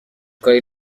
کاری